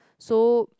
so